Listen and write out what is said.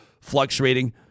fluctuating